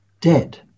Dead